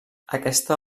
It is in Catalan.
aquesta